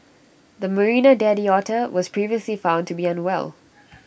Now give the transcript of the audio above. the marina daddy otter was previously found to be unwell